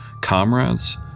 comrades